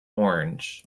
orange